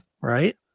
Right